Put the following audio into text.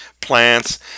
plants